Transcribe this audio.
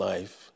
Life